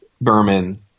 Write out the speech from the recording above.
Berman